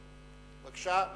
בבקשה,